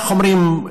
איך אומרים,